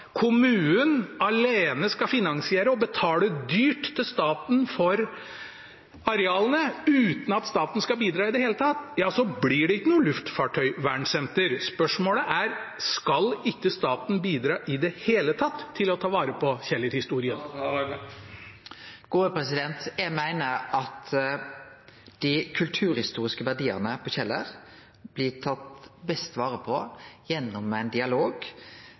kommunen alene skal finansiere og betale dyrt til staten for arealene uten at staten skal bidra i det hele tatt, blir det ikke noe luftfartøyvernsenter. Spørsmålet er: Skal ikke staten bidra i det hele tatt til å ta vare på Kjeller-historien? Eg meiner at dei kulturhistoriske verdiane på Kjeller blir tatt best vare på gjennom ein dialog